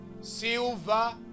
silver